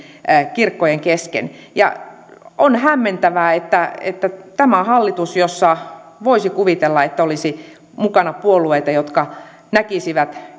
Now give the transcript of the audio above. kirkkojen kesken on hämmentävää että että tämä hallitus josta voisi kuvitella että siinä olisi mukana puolueita jotka näkisivät